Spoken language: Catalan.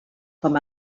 com